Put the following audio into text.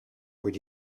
would